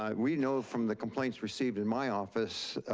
um we know from the complaints received in my office,